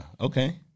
Okay